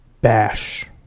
bash